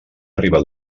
arribar